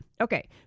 Okay